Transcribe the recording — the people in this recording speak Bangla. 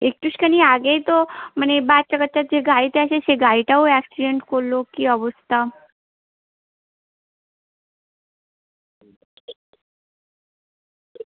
একটু স খানি আগেই তো মানে বাচ্চা কাচ্চার যে গাড়িটা আসে সে গাড়িটাও অ্যাক্সিডেন্ট করলো কি অবস্থা